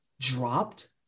dropped